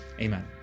Amen